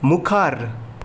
मुखार